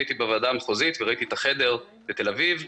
הייתי בוועדה המחוזית וראיתי את החדר בתל אביב.